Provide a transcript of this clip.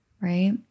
right